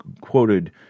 quoted